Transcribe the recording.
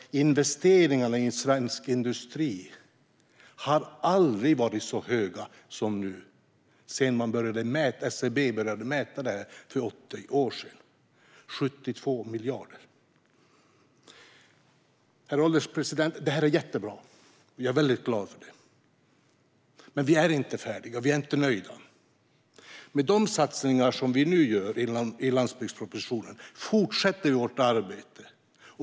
Investeringarna i svensk industri har aldrig varit så stora som nu sedan SCB började mäta detta för 80 år sedan: 72 miljarder kronor. Herr ålderspresident! Detta är jättebra, och jag är väldigt glad för det. Men vi är inte färdiga. Vi är inte nöjda. Med de satsningar som vi nu gör i landsbygdspropositionen fortsätter vi vårt arbete.